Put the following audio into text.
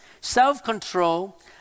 self-control